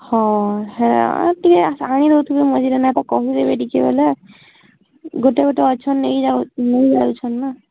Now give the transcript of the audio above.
ହଁ ଟିକେ ଚାହିଁ ଦଉଥୁବେ ମଝିରେ ନା ତ କହିଦେବେ ଟିକେ ବୋଲେ ଗୋଟେ ଗୋଟେ ଅଚ୍ଛନ୍ ନେଇ ଯାଉ ନେଇ ଯାଉଛନ୍ ନା